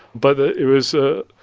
but it is a